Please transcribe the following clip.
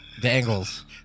Dangles